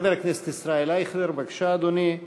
חבר הכנסת ישראל אייכלר, בבקשה, אדוני.